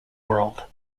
world